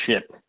ship